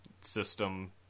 system